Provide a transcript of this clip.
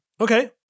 Okay